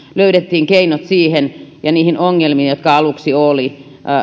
löydettiin keinot siihen ja niihin ongelmiin joita aluksi oli